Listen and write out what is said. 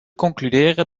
concluderen